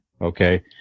Okay